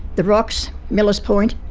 the rocks, millers point.